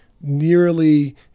nearly